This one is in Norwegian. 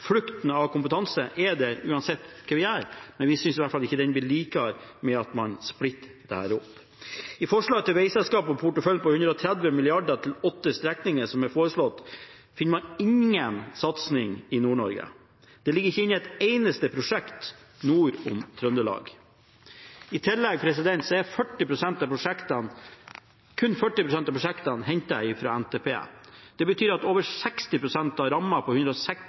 skulle ta kompetanse fra Statens vegvesen. Kompetanseflukten er der uansett hva vi gjør, men vi synes i hvert fall ikke at det blir bedre ved at man splitter dette opp. I forslaget til veiselskap og portefølje på 130 mrd. kr til åtte strekninger, som er foreslått, finner man ingen satsing i Nord-Norge. Det ligger ikke inne et eneste prosjekt nord for Trøndelag. I tillegg er kun 40 pst. av prosjektene hentet fra NTP. Det betyr at over 60 pst. av rammen på